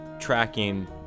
tracking